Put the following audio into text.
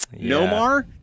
Nomar